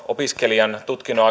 opiskelijan tutkinnon